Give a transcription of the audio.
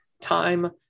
time